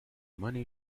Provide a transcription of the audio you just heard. money